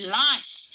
life